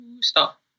Stop